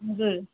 हजुर